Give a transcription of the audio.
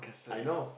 I know